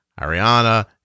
Ariana